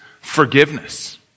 forgiveness